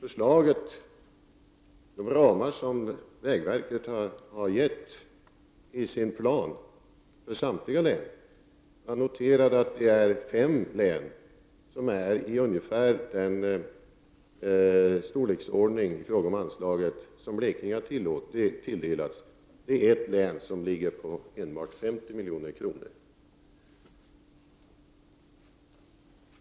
Med de ramar som vägverket har satt upp i sin plan för samtliga län har fastslagits att det är fem län som får anslag av ungefär samma storlek som det anslag som Blekinge har tilldelats. Ett av dessa län har fått ett anslag på endast 50 milj.kr.